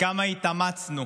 כמה התאמצנו.